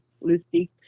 Lucy